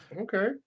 Okay